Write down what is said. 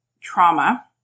trauma